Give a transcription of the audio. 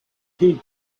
heed